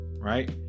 right